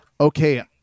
okay